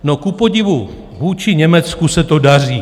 No, kupodivu vůči Německu se to daří.